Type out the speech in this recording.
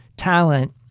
talent